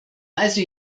also